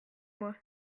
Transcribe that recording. mois